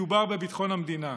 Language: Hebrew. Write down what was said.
מדובר בביטחון המדינה.